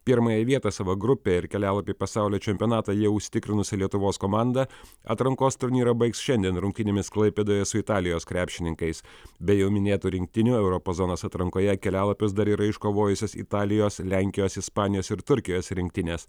pirmąją vietą savoj grupė ir kelialapį į pasaulio čempionatą jau užsitikrinusi lietuvos komanda atrankos turnyrą baigs šiandien rungtynėmis klaipėdoje su italijos krepšininkais be jau minėtų rinktinių europos zonos atrankoje kelialapius dar yra iškovojusios italijos lenkijos ispanijos ir turkijos rinktinės